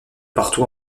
partout